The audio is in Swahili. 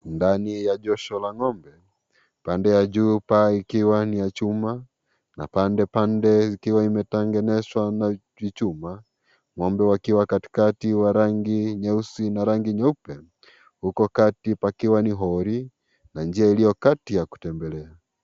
Ndani ya josho la ngombe, pande ya juu paa ikiwa ni ya chuma, na pandepande ikiwa imetengenezwa na vichuma, ngombe wakiwa katikati wa rangi nyeusi na rangi nyeupe, huko kati pakiwa ni holi na njia ikiwa katikati ya kutembelea.